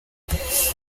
though